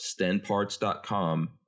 stenparts.com